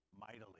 mightily